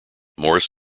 morris